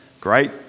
great